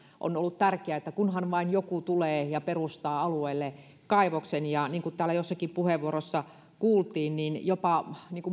on ollut tärkeää että kunhan vain joku tulee ja perustaa alueelle kaivoksen niin kuin täällä jossakin puheenvuorossa kuultiin jopa